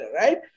right